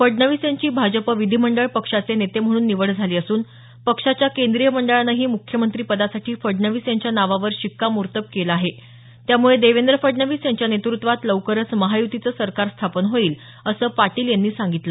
फडणवीस यांची भाजप विधीमंडळ पक्षाचे नेते म्हणून निवड झाली असून पक्षाच्या केंद्रीय मंडळानेही मुख्यमंत्रिपदासाठी फडणवीस यांच्या नावावर शिक्कामोर्तब केलं आहे त्यामुळे देवेंद्र फडणवीस यांच्या नेतृत्वात लवकरच महायुतीचं सरकार स्थापन होईल असं पाटील यांनी सांगितलं